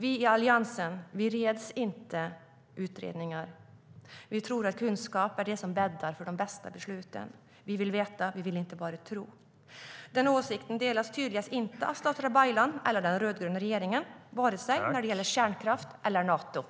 Vi i Alliansen räds inte utredningar. Vi anser att det är kunskap som bäddar för de bästa besluten. Vi vill veta. Vi vill inte bara tro. Den åsikten delas tydligen inte av statsrådet Baylan eller den rödgröna regeringen när det gäller vare sig kärnkraft eller Nato.